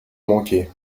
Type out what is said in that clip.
manquez